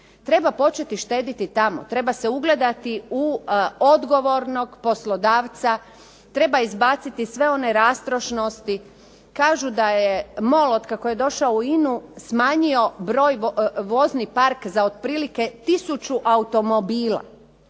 Treba početi štediti tamo, treba se ugledati u odgovornog poslodavca, treba izbaciti sve one rastrošnosti. Kažu da je MOL otkako je došao u INA-u smanjio vozni park za otprilike tisuću automobila.